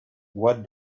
what